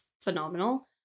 phenomenal